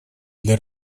для